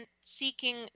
seeking